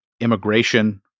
immigration